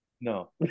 No